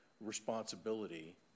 responsibility